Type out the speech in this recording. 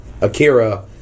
Akira